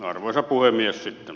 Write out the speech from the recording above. arvoisa puhemies sitten